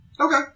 Okay